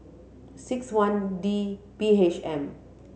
six one D B H M